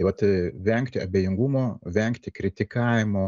tai vat vengti abejingumo vengti kritikavimo